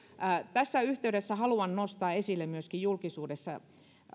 tässä yhteydessä haluan nostaa esille myöskin julkisuudessa